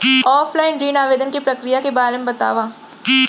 Offline ऋण आवेदन के प्रक्रिया के बारे म बतावव?